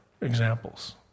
examples